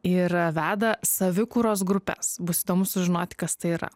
ir veda savikūros grupes bus įdomu sužinoti kas tai yra